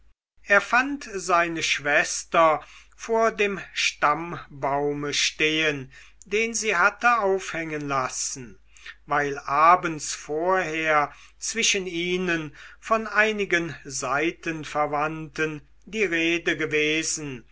er fand seine schwester vor dem stammbaume stehen den sie hatte aufhängen lassen weil abends vorher zwischen ihnen von einigen seitenverwandten die rede gewesen